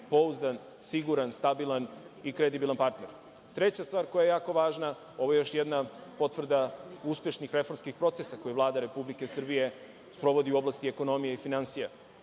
pouzdan, siguran, stabilan i kredibilan partner. Treća stvar koja je jako važna. Ovo je još jedna potvrda uspešnih reformskih procesa koje Vlada Republike Srbije sprovodi u oblasti ekonomije i finansija,